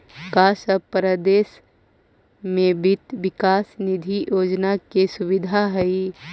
का सब परदेश में वित्त विकास निधि योजना के सुबिधा हई?